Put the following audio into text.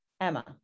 emma